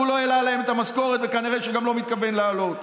שהוא לא העלה להם את המשכורת וכנראה שגם לא מתכוון להעלות.